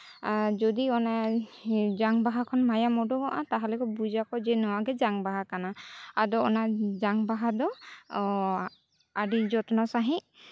ᱟᱨ ᱡᱩᱫᱤ ᱚᱱᱮ ᱡᱟᱝ ᱵᱟᱦᱟ ᱠᱷᱚᱱ ᱢᱟᱭᱟᱝ ᱩᱰᱩᱠᱚᱜᱼᱟ ᱛᱟᱦᱞᱮ ᱠᱚ ᱵᱩᱡᱽ ᱟᱠᱚ ᱡᱮ ᱱᱚᱣᱟᱜᱮ ᱡᱟᱝ ᱵᱟᱦᱟ ᱠᱟᱱᱟ ᱟᱫᱚ ᱚᱱᱟ ᱡᱟᱝᱵᱟᱦᱟ ᱫᱚ ᱟᱹᱰᱤ ᱡᱚᱛᱱᱚ ᱥᱟᱺᱦᱤᱡ